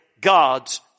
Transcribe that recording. God's